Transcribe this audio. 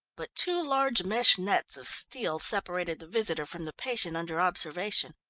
but two large mesh nets of steel separated the visitor from the patient under observation.